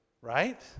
Right